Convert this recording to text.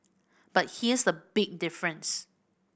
but here's the big difference